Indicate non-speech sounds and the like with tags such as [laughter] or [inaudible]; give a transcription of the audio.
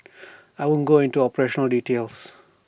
[noise] I won't go into operational details